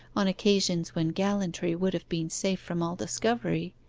on occasions when gallantry would have been safe from all discovery,